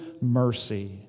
mercy